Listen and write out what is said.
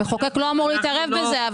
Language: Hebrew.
המחוקק לא אמור להתערב בזה,